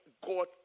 God